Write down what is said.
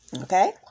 Okay